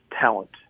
talent